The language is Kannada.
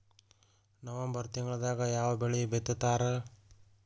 ನವೆಂಬರ್ ತಿಂಗಳದಾಗ ಯಾವ ಬೆಳಿ ಬಿತ್ತತಾರ?